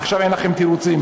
עכשיו אין לכם תירוצים.